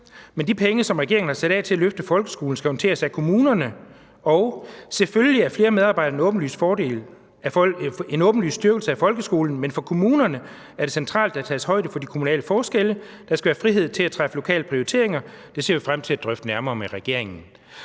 »Men de penge, som regeringen har sat af til at løfte folkeskolen, skal håndteres af kommunerne«. Og: »Selvfølgelig er flere medarbejdere en åbenlys styrkelse af folkeskolen, men for kommunerne er det centralt, at der tages højde for de kommunale forskelle. Der skal være frihed til at træffe lokale prioriteringer. Det ser vi frem til at drøfte nærmere med regeringen«.